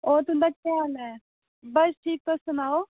होर तुंदा केह् हाल ऐ बस तुस सनाओ